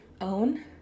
own